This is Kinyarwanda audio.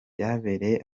byabereye